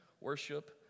worship